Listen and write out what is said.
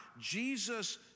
Jesus